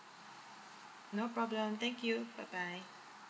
no problem thank you bye bye